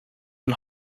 and